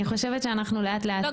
אבל אני חושבת שאנחנו לאט לאט --- לא,